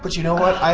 but you know what,